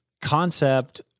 concept